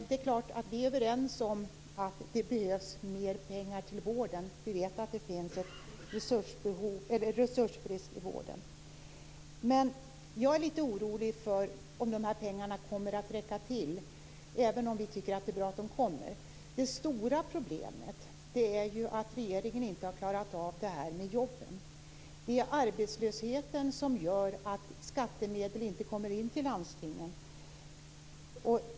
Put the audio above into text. Det är klart att vi är överens om att det behövs mer pengar till vården. Vi vet att det finns en resursbrist i vården. Även om vi tycker att det är bra att pengarna kommer är jag litet orolig för att de inte kommer att räcka till. Det stora problemet är att regeringen inte har klarat av jobben. Det är arbetslösheten som gör att skattemedel inte kommer in till landstingen.